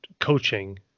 coaching